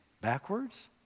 Backwards